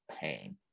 pain